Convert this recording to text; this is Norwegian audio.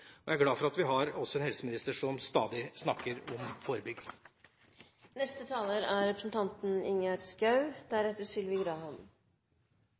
og jeg er også glad for at vi har en helseminister som stadig snakker om